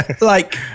Like-